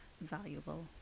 valuable